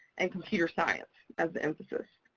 and computer science of emphasis.